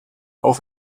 auf